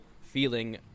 feeling